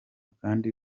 kandi